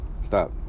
Stop